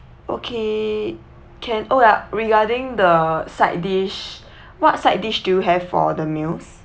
okay can oh ya regarding the side dish what side dish do you have for the meals